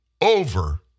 over